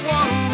one